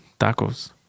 tacos